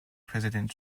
president